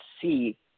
see